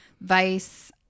vice